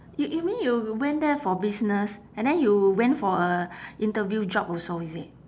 you you mean you went there for business and then you went for a interview job also is it